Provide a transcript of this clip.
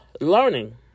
learning